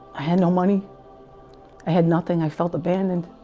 i had no money i had nothing i felt abandoned